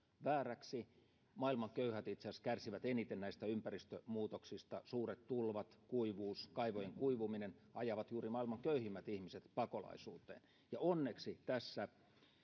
vääräksi maailman köyhät itse asiassa kärsivät eniten näistä ympäristön muutoksista suuret tulvat kuivuus kaivojen kuivuminen ajavat juuri maailman köyhimmät ihmiset pakolaisuuteen onneksi tässä